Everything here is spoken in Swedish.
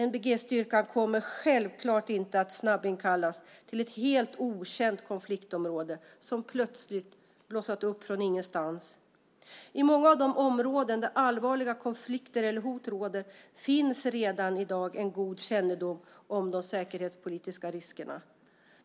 NBG-styrkan kommer självklart inte att snabbinkallas till ett område där en helt okänd konflikt blossat upp från ingenstans. I många av de områden där allvarliga konflikter eller hot råder finns redan i dag en god kännedom om de säkerhetspolitiska riskerna.